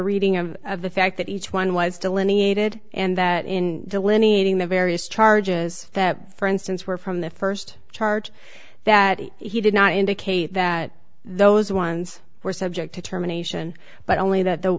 reading of of the fact that each one was delineated and that in the lineage in the various charges that for instance were from the first charge that he did not indicate that those ones were subject to terminations but only th